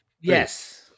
yes